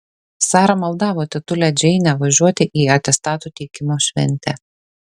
sara maldavo tetulę džeinę važiuoti į atestatų teikimo šventę